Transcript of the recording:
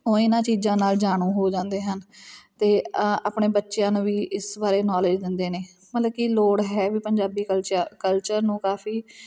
ਉਹ ਇਹਨਾਂ ਚੀਜ਼ਾਂ ਨਾਲ ਜਾਣੂ ਹੋ ਜਾਂਦੇ ਹਨ ਅਤੇ ਆਪਣੇ ਬੱਚਿਆਂ ਨੂੰ ਵੀ ਇਸ ਬਾਰੇ ਨੌਲੇਜ ਦਿੰਦੇ ਨੇ ਮਤਲਬ ਕਿ ਲੋੜ ਹੈ ਵੀ ਪੰਜਾਬੀ ਕਲਚਾ ਕਲਚਰ ਨੂੰ ਕਾਫੀ